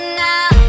now